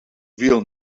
real